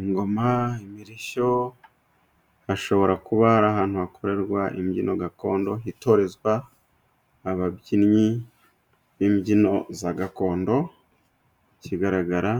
Ingoma, imirishyo, hashobora kuba ari ahantu hakorerwa imbyino gakondo, hitorezwa ababyinnyi b'imbyino za gakondo. Ikigaragara